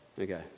Okay